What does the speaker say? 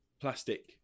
plastic